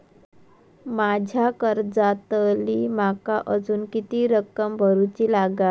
माझ्या कर्जातली माका अजून किती रक्कम भरुची लागात?